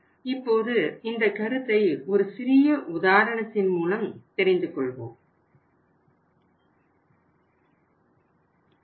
இப்போது இந்த கருத்தை ஒரு சிறிய உதாரணத்தின் மூலம் தெரிந்து கொள்வோம்